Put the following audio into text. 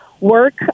work